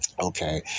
okay